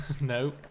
No